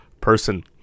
person